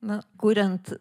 na kuriant